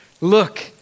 Look